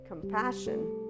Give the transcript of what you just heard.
compassion